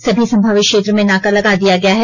सभी संभावित क्षेत्र में नाका लगा दिया गया है